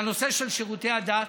בנושא של שירותי הדת,